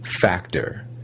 factor